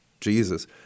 Jesus